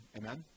amen